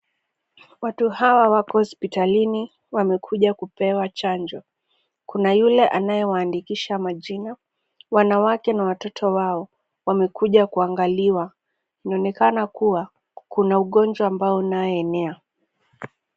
Watu hawa wapo hospitalini wamekuja kupewa chanjo. Kuna yule anayewaandikisha majina. Wanawake na watoto wao wamekuja kuangaliwa. Inaonekana kuwa kuna ugonjwa ambao unaoenea.